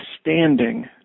standing